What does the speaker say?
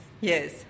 yes